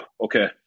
okay